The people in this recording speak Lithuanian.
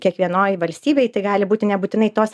kiekvienoj valstybėj tai gali būti nebūtinai tos